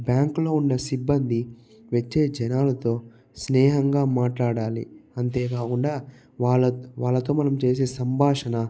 బ్యాంకులో ఉండే సిబ్బంది వచ్చే జనాలతో స్నేహంగా మాట్లాడాలి అంతే కాకుండా వాళ్ళ వాళ్ళతో మనం చేసే సంభాషణ